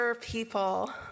people